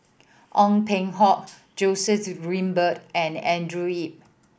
Ong Peng Hock Joseph Grimberg and Andrew Yip